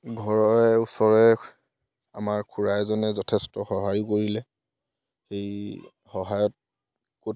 ঘৰৰে ওচৰৰে আমাৰ খুৰা এজনে যথেষ্ট সহায়ো কৰিলে সেই সহায়ত ক'ত